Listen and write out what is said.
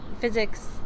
physics